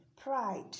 pride